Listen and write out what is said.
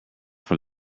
from